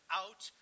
out